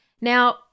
Now